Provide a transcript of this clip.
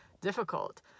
difficult